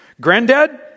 Granddad